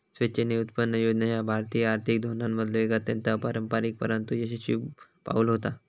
स्वेच्छेने उत्पन्न योजना ह्या भारतीय आर्थिक धोरणांमधलो एक अत्यंत अपारंपरिक परंतु यशस्वी पाऊल होता